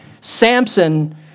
Samson